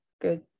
good